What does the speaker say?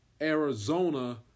Arizona